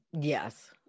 yes